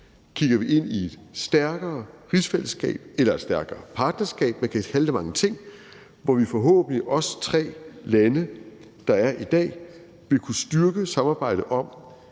kigger ind i et stærkere rigsfællesskab eller et stærkere partnerskab – man kan kalde det mange ting – hvor vi tre lande, der er i dag, forhåbentlig vil kunne styrke et samarbejde om,